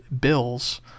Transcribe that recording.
bills